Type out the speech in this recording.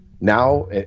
now